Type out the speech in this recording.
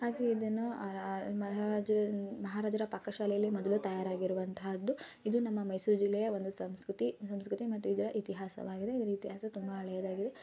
ಹಾಗೆ ಇದನ್ನು ಮಹಾಜರು ಮಹಾರಾಜರ ಪಾಕಶಾಲೆಯಲ್ಲಿ ತಯಾರಾಗಿರುವಂತಹದ್ದು ಇದು ನಮ್ಮ ಮೈಸೂರು ಜಿಲ್ಲೆಯ ಒಂದು ಸಂಸ್ಕೃತಿ ಸಂಸ್ಕೃತಿ ಮತ್ತು ಇದರ ಇತಿಹಾಸವಾಗಿದೆ ಇದರ ಇತಿಹಾಸ ತುಂಬ ಹಳೆಯದಾಗಿದೆ